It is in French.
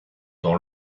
dans